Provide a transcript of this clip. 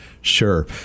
Sure